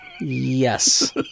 yes